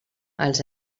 als